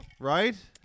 Right